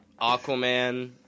Aquaman